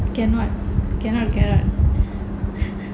cannot cannot cannot